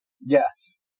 Yes